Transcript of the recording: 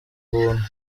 buntu